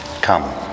Come